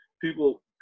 people